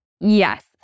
Yes